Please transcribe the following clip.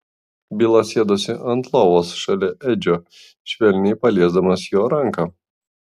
bilas sėdosi ant lovos šalia edžio švelniai paliesdamas jo ranką